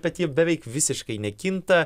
bet jie beveik visiškai nekinta